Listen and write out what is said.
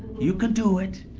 you can do it,